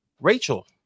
Rachel